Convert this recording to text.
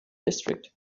district